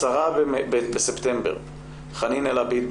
ב-10 בספטמבר חנין אלעביד,